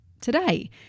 today